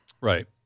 Right